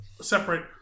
separate